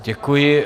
Děkuji.